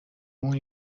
مون